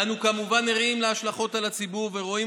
אנו כמובן ערים להשלכות על הציבור ורואים